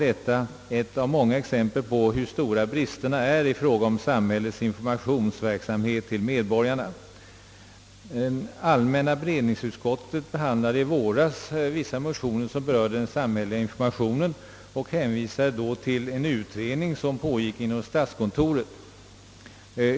Detta är ett av många exempel på de stora bristerna i fråga om samhällets informationsverksamhet till medborgarna. Allmänna <beredningsutskottet behandlade i våras vissa motioner som berörde den samhälleliga informationen och hänvisade då till en utredning som pågick inom statskontoret.